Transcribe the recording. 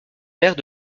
maire